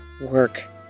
work